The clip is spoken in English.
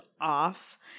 off